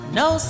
no